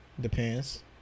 Depends